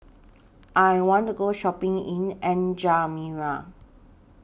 I want to Go Shopping in N'Djamena